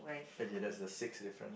okay that's the sixth difference